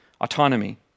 autonomy